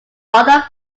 other